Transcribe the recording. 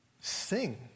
sing